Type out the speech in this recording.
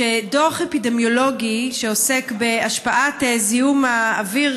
שדוח אפידמיולוגי שעוסק בהשפעת זיהום האוויר